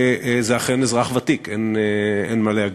וזה אכן אזרח ותיק, אין מה להגיד.